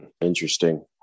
interesting